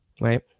right